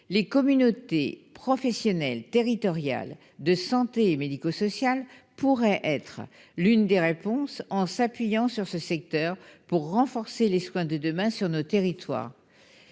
Les communautés professionnelles territoriales de santé et médico-sociales pourraient être l'une des réponses. Il s'agirait de s'appuyer sur ce secteur pour renforcer les soins de demain sur nos territoires,